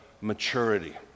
maturity